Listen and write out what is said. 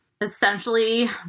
essentially